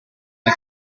del